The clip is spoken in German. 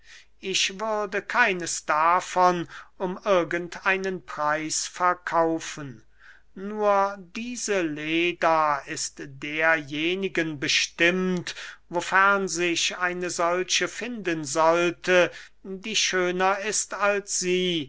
ich würde keines davon um irgend einen preis verkaufen nur diese leda ist derjenigen bestimmt wofern sich eine solche finden sollte die schöner ist als sie